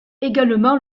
également